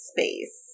Space